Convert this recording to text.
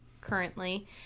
currently